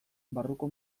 barruko